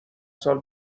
سال